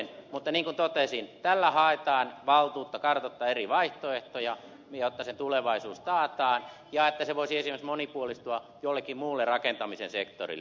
mutta niin kuin totesin tällä haetaan valtuutta kartoittaa eri vaihtoehtoja jotta destian tulevaisuus taataan ja että se voisi esimerkiksi monipuolistua jollekin muulle rakentamisen sektorille